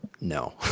no